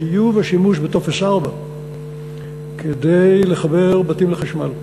בחיוב השימוש בטופס 4 כדי לחבר בתים לחשמל.